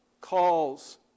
calls